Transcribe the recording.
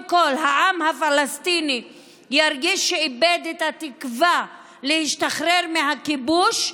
כול העם הפלסטיני ירגיש שאיבד את התקווה להשתחרר מהכיבוש.